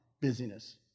busyness